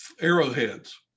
arrowheads